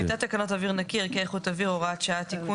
טיוטת תקנות אוויר נקי (ערכי איכות אוויר) (הוראת שעה) (תיקון),